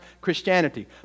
Christianity